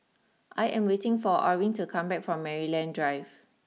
I am waiting for Orene to come back from Maryland Drive